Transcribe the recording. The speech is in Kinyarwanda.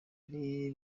ari